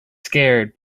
scared